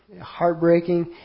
heartbreaking